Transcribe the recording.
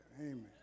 Amen